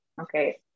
Okay